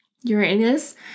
Uranus